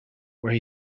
where